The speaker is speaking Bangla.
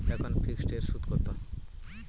এখন ফিকসড এর সুদ কত?